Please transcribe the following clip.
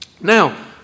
Now